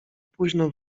późno